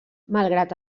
malgrat